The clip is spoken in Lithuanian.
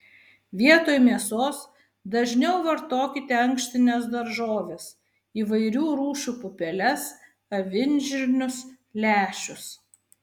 vietoj mėsos dažniau vartokite ankštines daržoves įvairių rūšių pupeles avinžirnius lęšius